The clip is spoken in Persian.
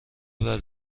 بعد